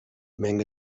menge